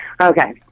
Okay